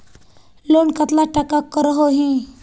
Loan कतला टाका करोही?